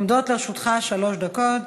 עומדות לרשותך שלוש דקות.